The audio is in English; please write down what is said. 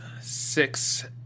six